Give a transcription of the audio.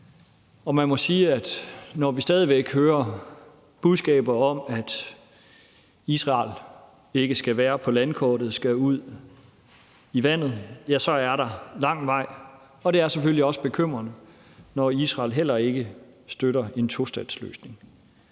og man må sige, at når vi stadig væk hører budskaber om, at Israel ikke skal være på landkortet, men skal ud i vandet, er der lang vej igen. Det er selvfølgelig også bekymrende, når Israel heller ikke støtter en tostatsløsning.